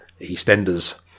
EastEnders